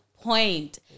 point